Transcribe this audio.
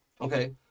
okay